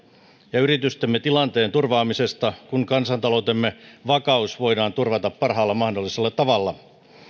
ja yritystemme tilanteen turvaamisesta kun kansantaloutemme vakaus voidaan turvata parhaalla mahdollisella tavalla